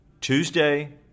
Tuesday